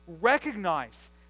recognize